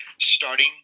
starting